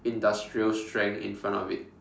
industrial strength in front of it